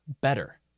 better